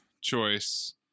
choice